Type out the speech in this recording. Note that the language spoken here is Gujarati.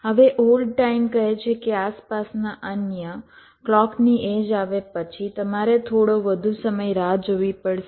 હવે હોલ્ડ ટાઈમ કહે છે કે આસપાસના અન્ય ક્લૉકની એડ્જ આવે પછી તમારે થોડો વધુ સમય રાહ જોવી પડશે